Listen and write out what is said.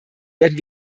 werden